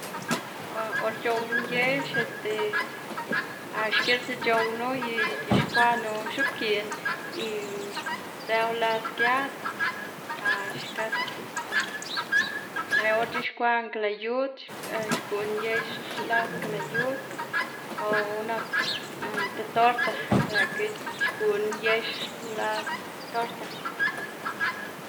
or c̲h̲owná yex este a xkisa c̲h̲ownu y c̲h̲ixkwaꞌnu x̱oꞌbgiꞌn y sdzëwu las giat xkasa, or c̲h̲ixkwaꞌná tlayud xguná yex las klayud o una ti torta lëꞌkga xguná yex las torta.